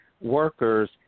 workers